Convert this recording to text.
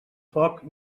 foc